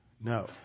No